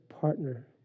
partner